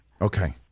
Okay